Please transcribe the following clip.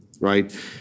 right